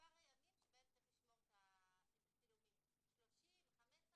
מספר הימים שבהם צריך יהיה לשמור את הצילומים 30 או 15,